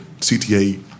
CTA